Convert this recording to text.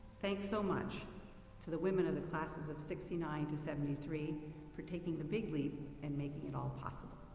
thanks so much to the women of the classes of sixty nine to seventy three for taking the big leap and making it all possible.